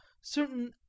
certain